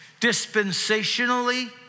dispensationally